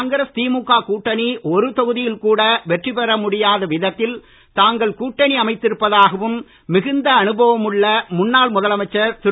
காங்கிரஸ் திமுக கூட்டணி ஒரு தொகுதியில் கூட வெற்றி பெற முடியாத விதத்தில் தாங்கள் கூட்டணி அமைத்திருப்பதாகவும் மிகுந்த அனுபவம் உள்ள முன்னாள் முதலமைச்சர் திரு